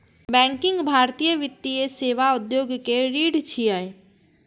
banking भारतीय वित्तीय सेवा उद्योग के रीढ़ छियै